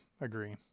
agree